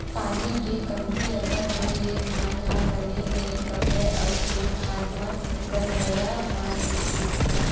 पानी के कमती अकन होए ले धान ह बने नइ पाकय अउ खेत खार म दनगरा मार देथे